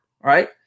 right